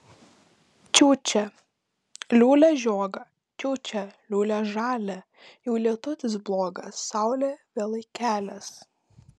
čiūčia liūlia žiogą čiūčia liūlia žalią jau lietutis blogas saulė vėlai kelias